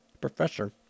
Professor